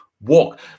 walk